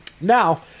Now